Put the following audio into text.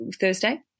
Thursday